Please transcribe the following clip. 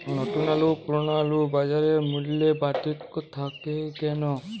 নতুন আলু ও পুরনো আলুর বাজার মূল্যে পার্থক্য থাকে কেন?